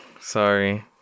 Sorry